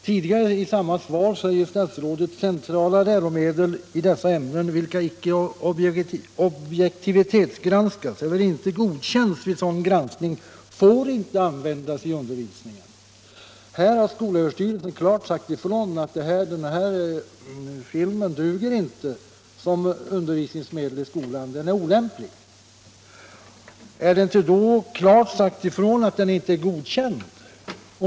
Tidigare i samma svar säger statsrådet: ”Centrala läromedel i dessa ämnen, vilka inte objektivitetsgranskats eller inte godkänts vid sådan granskning, får inte användas i undervisningen.” Skolöverstyrelsen har klart sagt ifrån att den här filmen inte duger som undervisningsmedel i skolan och att den är olämplig. Har det inte därmed klart sagts ifrån att den inte är godkänd?